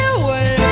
away